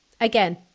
again